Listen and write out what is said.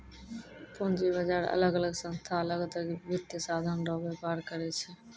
पूंजी बाजार अलग अलग संस्था अलग वित्तीय साधन रो व्यापार करै छै